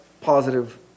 positive